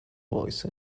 voice